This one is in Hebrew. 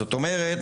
זאת אומרת,